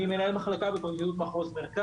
יו"ר ועדת ביטחון פנים: שם ותפקיד רק.